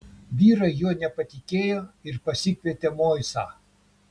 vyrai juo nepatikėjo ir pasikvietė moisą